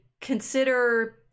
consider